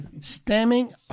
stemming